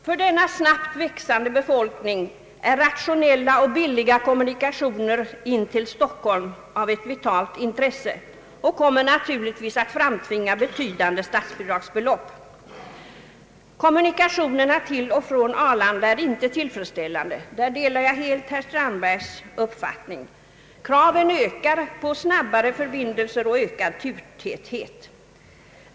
För denna snabbt växande befolkning är rationella och billiga kommunikationer till Stockholm av ett vitalt intresse, och det kommer naturligtvis att framtvinga betydande statsbidragsbelopp. Jag delar helt herr Strandbergs uppfattning att kommunikationerna till och från Arlanda inte är tillfredsställande. Kraven ökar på snabbare förbindelser och ökad turtäthet.